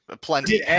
plenty